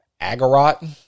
Agarot